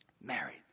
Married